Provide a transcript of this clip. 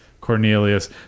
Cornelius